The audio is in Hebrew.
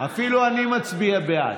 אפילו אני מצביע בעד.